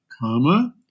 comma